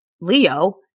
Leo